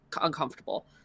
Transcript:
uncomfortable